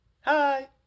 Hi